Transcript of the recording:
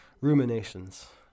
ruminations